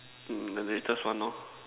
hmm the latest one lor